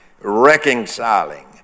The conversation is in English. reconciling